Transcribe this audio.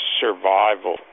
survival